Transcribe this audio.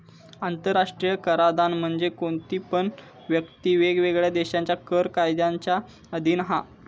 आंतराष्ट्रीय कराधान म्हणजे कोणती पण व्यक्ती वेगवेगळ्या देशांच्या कर कायद्यांच्या अधीन हा